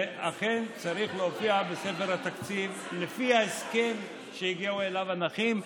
זה אכן צריך להופיע בספר התקציב לפי ההסכם שהגיעו אליו עם הנכים.